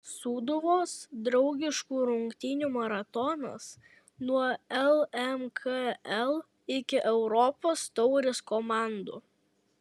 sūduvos draugiškų rungtynių maratonas nuo lmkl iki europos taurės komandų